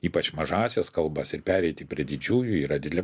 ypač mažąsias kalbas ir pereiti prie didžiųjų yra didelė